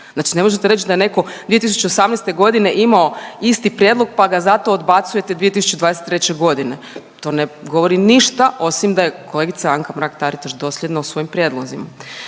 Znači ne možete reći da je netko 2018. imao isti prijedlog pa ga zato odbacujete 2023. g. To ne govori ništa, osim da je kolegica Anka Mrak-Taritaš dosljedna u svojim prijedlozima.